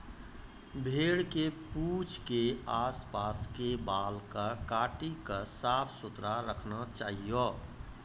भेड़ के पूंछ के आस पास के बाल कॅ काटी क साफ सुथरा रखना चाहियो